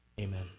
amen